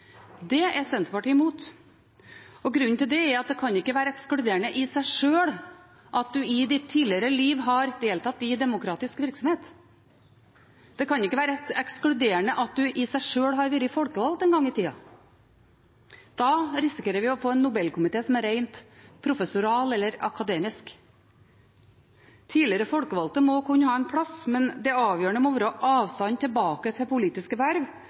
Det er Senterpartiet imot. Grunnen til det er at det ikke kan være ekskluderende i seg sjøl at en i sitt tidligere liv har deltatt i demokratisk virksomhet. Det kan ikke være ekskluderende i seg sjøl at en har vært folkevalgt en gang i tida. Da risikerer vi å få en nobelkomité som er rent professoral eller akademisk. Tidligere folkevalgte må kunne ha en plass, men det avgjørende må være avstanden tilbake til politiske verv,